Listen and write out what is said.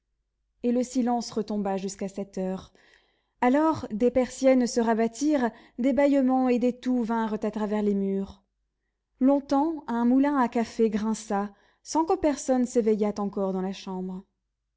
et le silence retomba jusqu'à sept heures alors des persiennes se rabattirent des bâillements et des toux vinrent à travers les murs longtemps un moulin à café grinça sans que personne s'éveillât encore dans la chambre